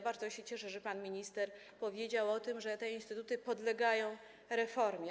Bardzo się cieszę, że pan minister powiedział o tym, że te instytuty podlegają reformie.